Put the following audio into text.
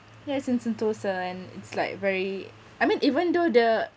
yes in sentosa and it's like very I mean even though the